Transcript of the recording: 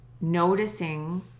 noticing